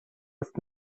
ist